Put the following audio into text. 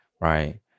right